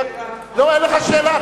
אין לך שאלה.